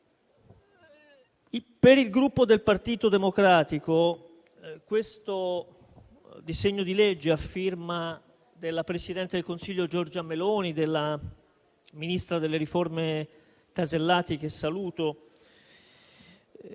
Per il Gruppo Partito Democratico questo disegno di legge a firma della presidente del Consiglio Giorgia Meloni e della ministra delle riforme Casellati, che saluto,